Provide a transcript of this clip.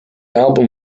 album